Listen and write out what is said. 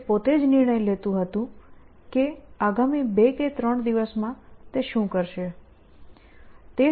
તે પોતે જ નિર્ણય લેતું હતું કે આગામી 2 કે 3 દિવસમાં તે શું કરશે